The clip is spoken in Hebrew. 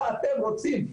מה אתם רוצים?